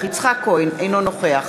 אינו נוכח